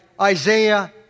Isaiah